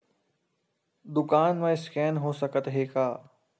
दुकान मा स्कैन हो सकत हे का?